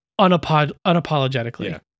unapologetically